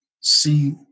see